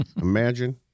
Imagine